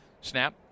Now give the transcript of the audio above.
Snap